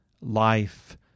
life